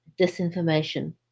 disinformation